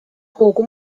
hoogu